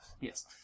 Yes